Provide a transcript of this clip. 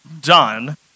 done